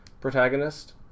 protagonist